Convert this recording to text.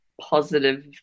positive